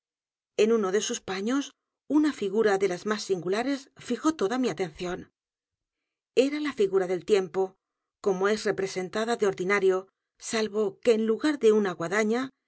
en uno de sus paños una figura de las más singulares fijó toda mi atención e r a la figura del tiempo como es representada de ordinario salvo que en lugar de una guadaña